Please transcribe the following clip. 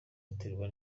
riterwa